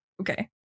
Okay